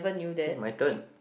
in my turn